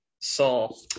Saul